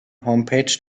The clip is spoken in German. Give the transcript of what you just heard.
homepage